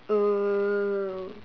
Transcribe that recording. !woo!